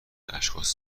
اشخاص